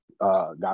God